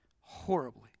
horribly